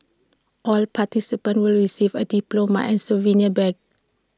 all participants will receive A diploma and souvenir badge